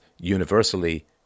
universally